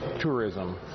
tourism